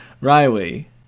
Riley